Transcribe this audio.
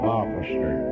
officer